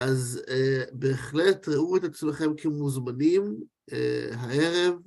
אז בהחלט ראו את עצמכם כמוזמנים הערב.